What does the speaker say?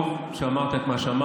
טוב שאמרת את מה שאמרת,